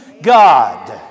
God